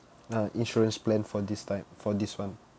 uh insurance plan for this time for this one